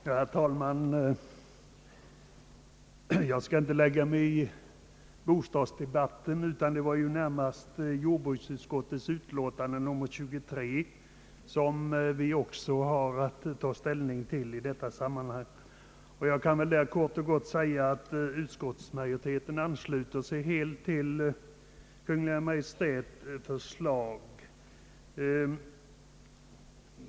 Herr talman! Jag skall inte lägga mig i bostadsdebatten, utan i stället något beröra jordbruksutskottets utlåtande nr 23, som vi också har att ta ställning till i detta sammanhang. Jag kan kort och gott säga att utskottsmajoriteten helt ansluter sig till Kungl. Maj:ts förslag.